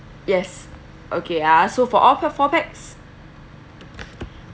yes okay ah so for all four pax